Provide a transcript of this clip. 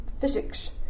physics